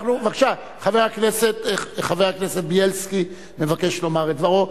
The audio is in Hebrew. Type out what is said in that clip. בבקשה, חבר הכנסת בילסקי מבקש לומר את דברו.